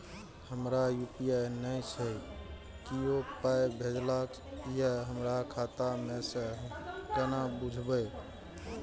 हमरा यू.पी.आई नय छै कियो पाय भेजलक यै हमरा खाता मे से हम केना बुझबै?